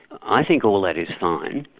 i think all that is fine,